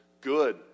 Good